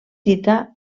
dita